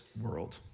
world